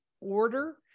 order